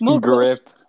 Grip